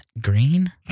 Green